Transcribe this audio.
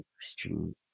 stream